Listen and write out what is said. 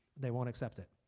they won't accept it.